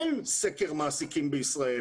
אין סקר מעסיקים בישראל.